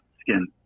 skin